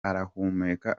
arahumuka